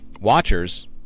Watchers